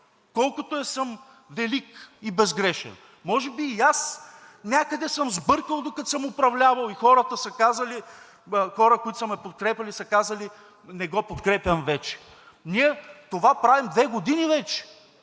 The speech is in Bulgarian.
колкото да съм велик и безгрешен. Може би и аз някъде съм сбъркал, докато съм управлявал и хора, които са ме подкрепяли, са казали: не го подкрепям вече. Ние това правим две години вече.